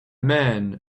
man